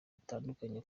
batandukanye